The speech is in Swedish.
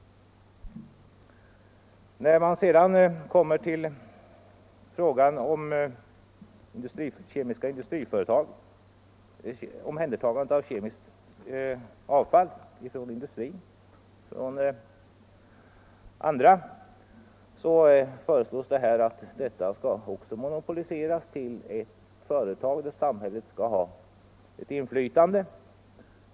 När det gäller omhändertagande av kemiskt avfall från bl.a. industrin föreslås i propositionen att detta också skall monopoliseras till ett företag där samhället har ett inflytande.